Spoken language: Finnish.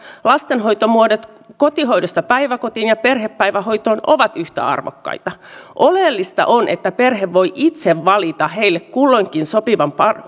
lastenhoitomuodot kotihoidosta päiväkotiin ja perhepäivähoitoon ovat yhtä arvokkaita oleellista on että perhe voi itse valita heille kulloinkin sopivan